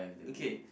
okay